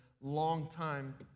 longtime